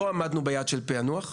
לא עמדנו ביעד של פיענוח,